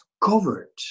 covered